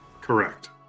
Correct